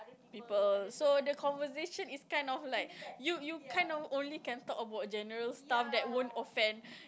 people so the conversation is kind of like you you kind of only can talk about general stuff that won't offend